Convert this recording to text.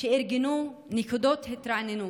ארגנו נקודות התרעננות.